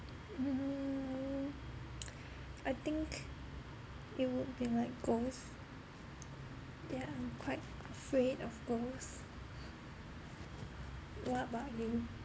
err I think it would be like ghost that I'm quite afraid of ghost what about you